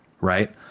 right